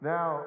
Now